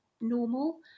normal